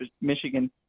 michigan